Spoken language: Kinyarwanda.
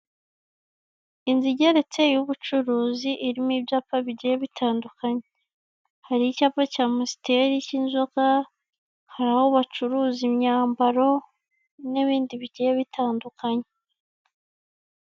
Inzu igeretse y'ubucuruzi irimo ibyapa bigiye bitandukanye. Hari icyapa cy'amusiteri cy'inzoga, hari aho bacuruza imyambaro, n'ibindi bigiye bitandukanye.